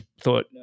thought